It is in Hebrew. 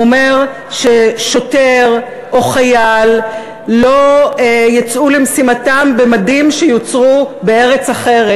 הוא אומר ששוטר או חייל לא יצאו למשימתם במדים שיוצרו בארץ אחרת,